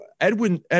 edwin